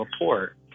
report